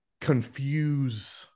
confuse